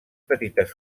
petites